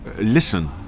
listen